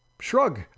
shrug